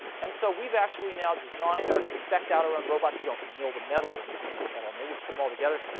and so we've actually now designed our and specced out our own robots. we don't mill the metal or anything. we get that all made. we put them all together.